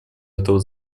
этого